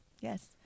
Yes